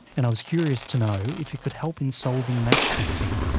and i was curious to know if it could help in solving match fixing.